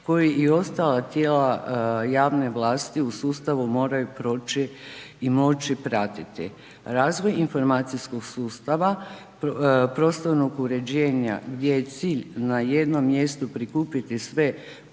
koji i ostala tijela javne vlasti u sustavu moraju proći i moći pratiti. Razvoj informacijskog sustava prostornog uređenja gdje je cilj na jednom mjestu prikupiti sve prostorne